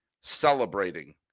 celebrating